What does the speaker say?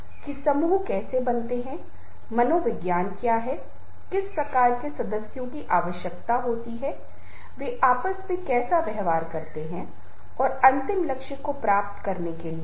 वास्तव में ऐसे लोगों को कार्य सूची एजेंडा Agenda चलाने और समूह को एक विशेष तरीके से आगे बढ़ाने के लिए आधिकारिक रूप से संवाद करने की आवश्यकता होती है जिसका दूसरों को पालन करना चाहिए